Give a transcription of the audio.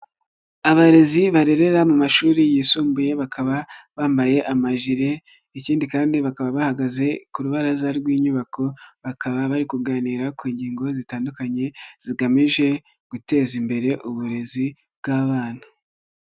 Abarezi barerera mu mashuri yisumbuye bakaba bambaye amajire ikindi kandi bakaba bahagaze ku rubaraza rw'inyubako bakaba bari kuganira ku ngingo zitandukanye zigamije guteza imbere uburezi bw'abana.